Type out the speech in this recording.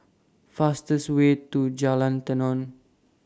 fastest Way to Jalan Tenon